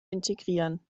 integrieren